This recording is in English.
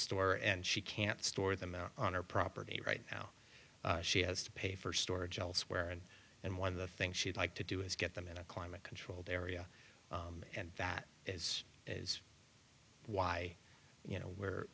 store and she can't store them out on her property right now she has to pay for storage elsewhere and in one of the think she'd like to do is get them in a climate controlled area and that is why you know we're